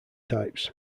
types